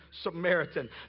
Samaritan